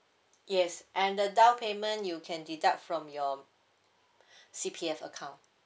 yes and the down payment you can deduct from your C_P_F account